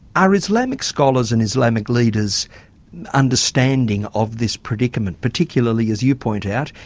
are islamic scholars and islamic leaders understanding of this predicament, particularly as you point out,